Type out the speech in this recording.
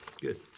good